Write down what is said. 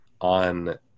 on